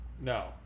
no